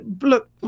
Look